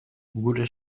gure